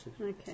Okay